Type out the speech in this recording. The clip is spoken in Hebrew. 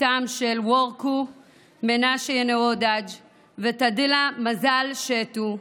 בתם של וורקו-מנשה-נוואדאג' וטדלה-מזל שטו,